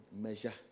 measure